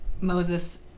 Moses